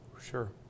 Sure